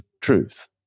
truth